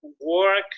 work